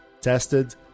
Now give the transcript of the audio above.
tested